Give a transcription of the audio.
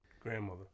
Grandmother